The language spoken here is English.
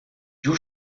you